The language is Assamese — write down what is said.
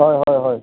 হয় হয় হয়